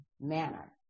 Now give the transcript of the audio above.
manner